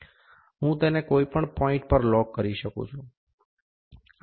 હું તેને કોઈ પણ પોઇન્ટ પર લોક કરી શકું છું